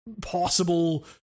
possible